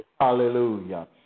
Hallelujah